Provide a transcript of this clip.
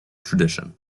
tradition